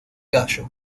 gallo